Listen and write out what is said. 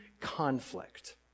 conflict